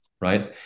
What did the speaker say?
right